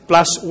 Plus